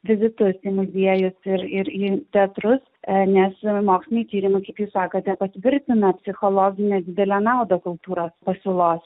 vizitus į muziejų ir ir į teatrus nes moksliniai tyrimai kaip jūs sakote patvirtina psichologinę didele nauda kultūros pasiūlos